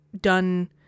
done